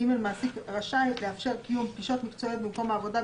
(ג)מעסיק רשאי לאפשר קיום פגישות מקצועיות במקום העבודה,